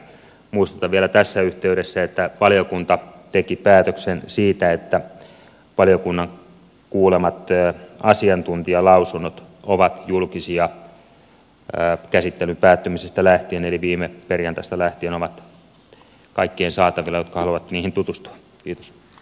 muistutan vielä tässä yhteydessä että valiokunta teki päätöksen siitä että valiokunnan kuulemat asiantuntijalausunnot ovat julkisia käsittelyn päättymisestä lähtien eli viime perjantaista lähtien ne ovat olleet niiden kaikkien saatavilla jotka haluavat niihin tutustua